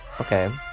Okay